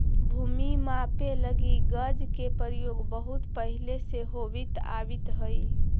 भूमि मापे लगी गज के प्रयोग बहुत पहिले से होवित आवित हइ